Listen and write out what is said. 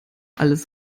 alles